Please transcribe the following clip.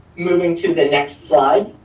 moving to the next slide.